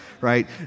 right